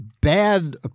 bad